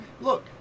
Look